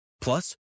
Plus